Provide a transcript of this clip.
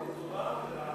לטובה או לרעה?